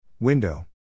Window